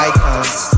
Icons